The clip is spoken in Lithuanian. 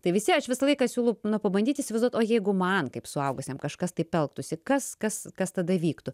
tai visi aš visą laiką siūlau na pabandyt įsivaizduot o jeigu man kaip suaugusiam kažkas taip elgtųsi kas kas kas tada vyktų